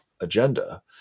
agenda